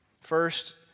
First